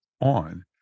on